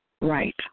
Right